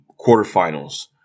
quarterfinals